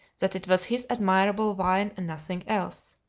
that it was his admirable wine and nothing else.